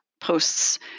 posts